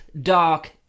dark